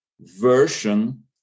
version